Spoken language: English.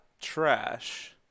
trash